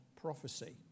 prophecy